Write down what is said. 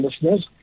listeners